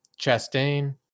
Chastain